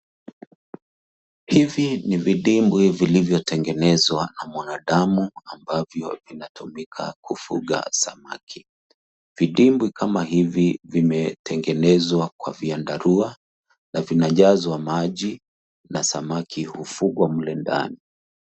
Hivi ni vidimwi vilivyotengenezwa na mwanadamu ambavyo vinatumika kufuga samaki. Vidimwi kama hivi vimetengenezwa kwa vyandarua na vinajazwa maji na samaki hufugwa mle ndani.